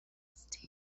sixteen